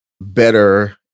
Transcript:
better